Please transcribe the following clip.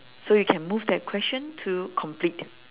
so you can move that question to completed